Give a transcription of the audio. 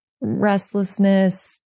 restlessness